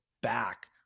back